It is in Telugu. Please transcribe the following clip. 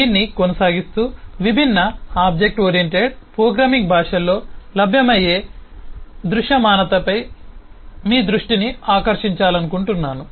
దీన్ని కొనసాగిస్తూ విభిన్న ఆబ్జెక్ట్ ఓరియెంటెడ్ ప్రోగ్రామింగ్ భాషల్లో లభ్యమయ్యే దృశ్యమానతపై మీ దృష్టిని ఆకర్షించాలనుకుంటున్నాను